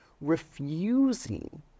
refusing